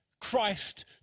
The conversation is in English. Christ